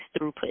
throughput